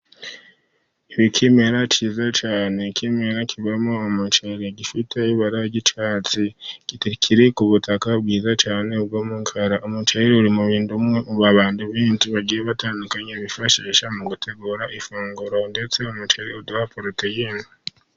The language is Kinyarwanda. Ikimera kize cyane, ikimemera kivamo umuceri gifite ibara risa icyatsi, kiri kubutaka bwiza cyane bw'umukara, umuceri urimu bintu bimwe abantu bagiye batandukanye bifashisha mu gutegura ifunguro, ndetse umuceri uduha puroteyine.